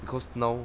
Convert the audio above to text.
because now